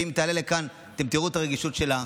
ואם היא תעלה לכאן אתם תראו את הרגישות שלה,